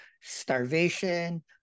starvation